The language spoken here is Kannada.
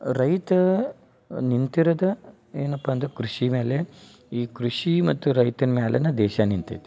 ರೈತ ನಿಂತಿರೊದ ಏನಪ್ಪ ಅಂದ್ರ ಕೃಷಿ ಮೇಲೆ ಈ ಕೃಷಿ ಮತ್ತು ರೈತನ ಮ್ಯಾಲನ ದೇಶ ನಿಂತೈತಿ